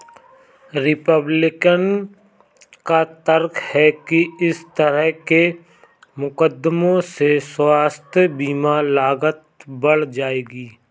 Republican का तर्क है कि इस तरह के मुकदमों से स्वास्थ्य बीमा लागत बढ़ जाएगी